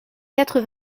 quatre